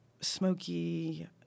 smoky